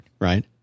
Right